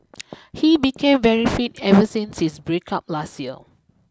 he became very fit ever since his break up last year